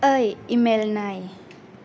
ओइ इमेइल नाय